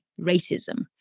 racism